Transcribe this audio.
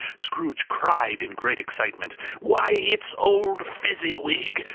scrooge cried in great excitement why, it's old fezziwig!